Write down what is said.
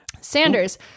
Sanders